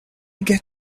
get